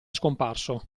scomparso